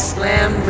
Slam